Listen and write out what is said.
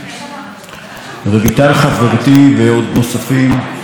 רויטל חברתי ועוד נוספים דיברו על רצח נשים,